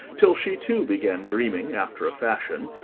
till she too began dreaming after a fashion,